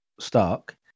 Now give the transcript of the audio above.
stark